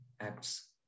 acts